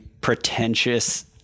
pretentious